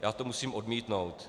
Já to musím odmítnout.